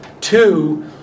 Two